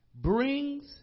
brings